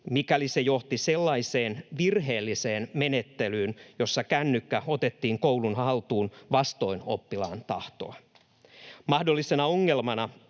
mikäli se johti sellaiseen virheelliseen menettelyyn, jossa kännykkä otettiin koulun haltuun vastoin oppilaan tahtoa. Mahdollisena ongelmana